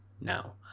now